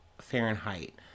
Fahrenheit